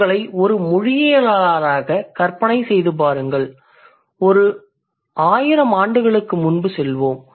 உங்களை ஒரு மொழியியலாளராக கற்பனை செய்து பாருங்கள் ஒரு 1000 ஆண்டுகளுக்கு முன்பு செல்வோம்